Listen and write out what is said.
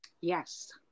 Yes